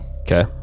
Okay